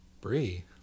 Brie